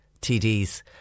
TDs